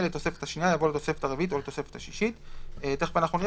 "לתוספת השנייה" יבוא "לתוספת הרביעית או לתוספת השישית"; תיכף נראה